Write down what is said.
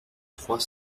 trois